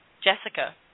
Jessica